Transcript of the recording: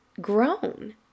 grown